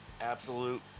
absolute